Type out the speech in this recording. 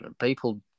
People